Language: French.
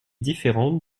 différentes